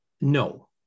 No